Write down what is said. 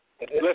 Listen